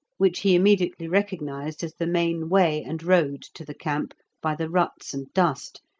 which he immediately recognised as the main way and road to the camp by the ruts and dust,